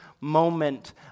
moment